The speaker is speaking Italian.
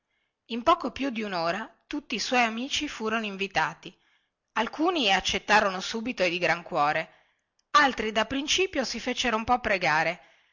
in poco più dunora tutti i suoi amici furono invitati alcuni accettarono subito e di gran cuore altri da principio si fecero un po pregare